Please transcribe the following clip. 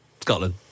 Scotland